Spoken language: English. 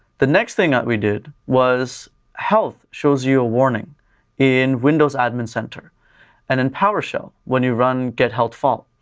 the next thing that we did was health shows you a warning in windows admin center and in powershell when you run get-health fall,